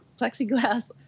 plexiglass